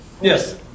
Yes